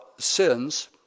Sins